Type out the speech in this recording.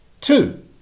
Two